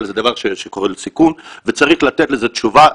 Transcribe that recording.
אבל זה דבר שגורם סיכון וצריך לתת לזה תשובה.